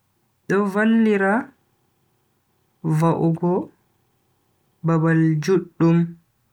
Do vallira va'ugo babal juddum.